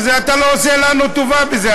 ואתה לא עושה לנו טובה בזה,